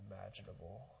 imaginable